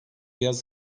yaz